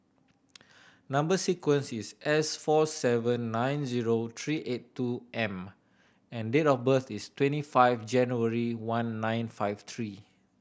number sequence is S four seven nine zero three eight two M and date of birth is twenty five January one nine five three